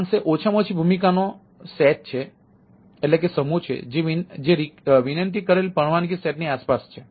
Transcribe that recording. તેથી અમારી પાસે ઓછામાં ઓછી ભૂમિકા નો સમૂહ ઉપલબ્ધ છે